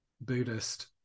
Buddhist